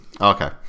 Okay